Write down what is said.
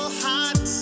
hot